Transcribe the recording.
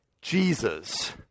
Jesus